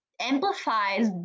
amplifies